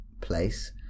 place